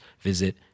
visit